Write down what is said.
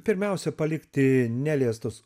pirmiausia palikti neliestus